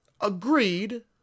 Agreed